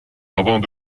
avant